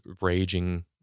raging